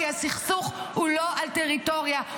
כי הסכסוך הוא לא על טריטוריה,